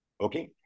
Okay